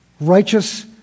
righteous